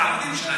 את העמודים שלה,